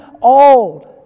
old